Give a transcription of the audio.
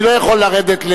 אני לא יכול לרדת,